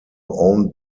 owned